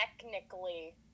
technically